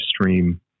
stream